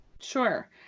sure